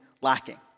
lacking